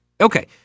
Okay